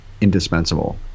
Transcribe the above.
indispensable